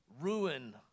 ruin